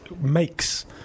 makes